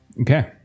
Okay